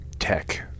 Tech